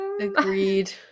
Agreed